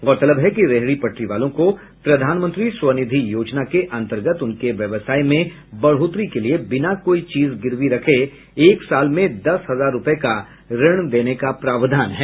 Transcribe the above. गौरतलब है कि रेहड़ी पटरी वालों को प्रधानमंत्री स्वनिधि योजना के अंतर्गत उनके व्यवसाय में बढ़ोतरी के लिये बिना कोई चीज गिरवी रखे एक साल में दस हजार रूपये का ऋण देने का प्रावधान है